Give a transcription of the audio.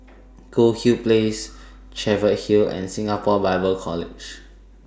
Goldhill Place Cheviot Hill and Singapore Bible College